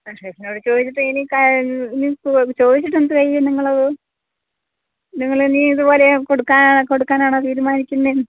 ഷെഫിനോട് ചോദിച്ചിട്ട് ഇനി കാരര്യം ചോദിച്ചിട്ട് എന്ത് ചെയ്യും നിങ്ങളത് നിങ്ങളിനീം ഇതുപോലെ കൊടുക്കാൻ കൊടുക്കാനാണോ തീരുമാനിക്കുന്നത്